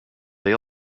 they